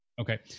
Okay